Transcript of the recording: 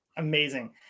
Amazing